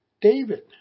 David